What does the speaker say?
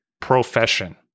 profession